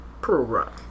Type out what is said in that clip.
program